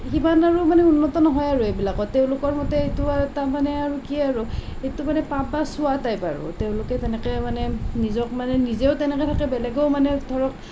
সিমান আৰু মানে উন্নত নহয় আৰু এইবিলাকত তেওঁলোকৰ মতে এইটো আৰু তাৰমানে আৰু কি আৰু এইটো মানে পাপ বা চুৱা টাইপ আৰু তেওঁলোকে তেনেকৈ মানে নিজক মানে নিজেও তেনেকৈ থাকে বেলেগেও মানে ধৰক